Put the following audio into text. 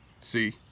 See